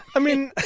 i mean.